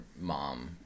mom